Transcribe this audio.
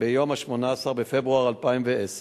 ביום 18 בפברואר 2010,